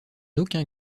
aucun